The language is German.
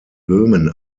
böhmen